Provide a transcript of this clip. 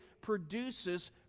produces